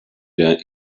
der